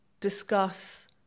discuss